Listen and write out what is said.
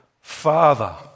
Father